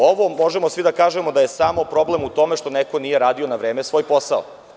Ovo možemo svi da kažemo da je samo problem u tome što neko nije radio na vreme svoj posao.